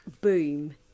boom